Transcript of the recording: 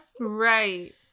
right